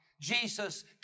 Jesus